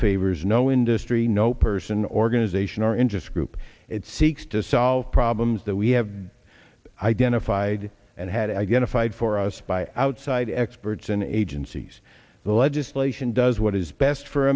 favors no industry no person organization or interest group it seeks to solve problems that we have identified and had identified for us by outside experts and agencies the legislation does what is best for